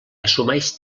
assumeix